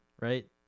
right